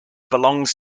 belongs